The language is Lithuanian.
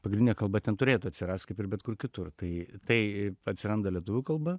pagrindinė kalba ten turėtų atsirast kaip ir bet kur kitur tai tai atsiranda lietuvių kalba